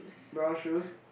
brown shoes